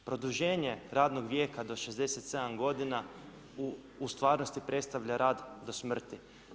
Produženje radnog vijeka do 67 g. u stvarnosti predstavlja rad do smrti.